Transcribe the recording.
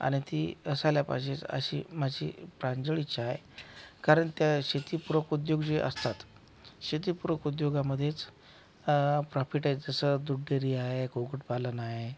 आणि ती असायला पायजेच अशी माझी प्रांजळ इच्छा आहे कारण त्या शेतीपूरक उद्योग जे असतात शेतीपूरक उद्योगामधेच प्रॉफिट आहे जसं दूध डेरी आहे कुक्कुटपालन आहे